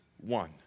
one